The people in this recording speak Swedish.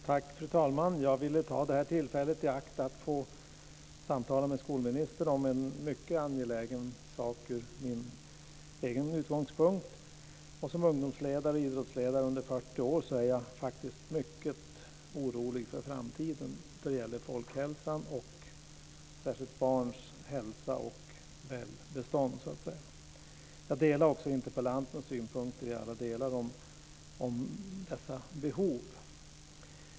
Fru talman! Jag ville ta det här tillfället i akt att få samtala med skolministern om en mycket angelägen sak från min egen utgångspunkt. Som ungdoms och idrottsledare under 40 år är jag faktiskt mycket orolig för framtiden då det gäller folkhälsan och särskilt barns hälsa och välbefinnande. Jag delar också i alla avseenden interpellantens synpunkter på dessa behov.